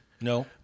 No